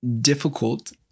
difficult